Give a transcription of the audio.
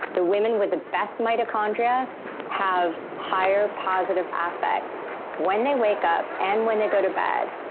the women with the best mitochondria have higher positive affect when they wake up and when they go to bed,